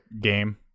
game